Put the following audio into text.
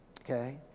okay